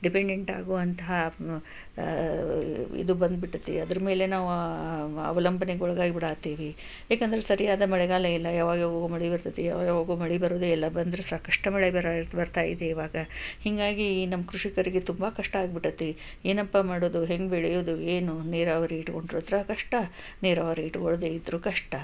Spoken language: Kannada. ಡಿಪೆಂಡೆಂಟ್ ಆಗುವಂತಹ ಇದು ಬಂದು ಬಿಟ್ಟತಿ ಅದರ ಮೇಲೆ ನಾವು ಅವಲಂಬನೆಗೊಳಗಾಗಿ ಬಿಡಾತ್ತೀವಿ ಯಾಕಂದರೆ ಸರಿಯಾದ ಮಳೆಗಾಲ ಇಲ್ಲ ಯಾವಾಗ ಯಾವಾಗೋ ಮಳೆ ಬರ್ತೈತಿ ಯಾವಾಗ ಯಾವಾಗೋ ಮಳೆ ಬರೋದೇ ಇಲ್ಲ ಬಂದರೆ ಸಾಕಷ್ಟು ಮಳೆ ಬರ್ ಬರ್ತಾ ಇದೆ ಈವಾಗ ಹೀಗಾಗಿ ನಮ್ಮ ಕೃಷಿಕರಿಗೆ ತುಂಬ ಕಷ್ಟ ಆಗ್ಬಿಟ್ಟತಿ ಏನಪ್ಪ ಮಾಡೋದು ಹೇಗೆ ಬೆಳೆಯೋದು ಏನು ನೀರಾವರಿ ಇಟ್ಕೊಂಡ್ರತ್ರ ಕಷ್ಟ ನೀರಾವರಿ ಇಟ್ಟುಕೊಳ್ಳದೆ ಇದ್ದರೂ ಕಷ್ಟ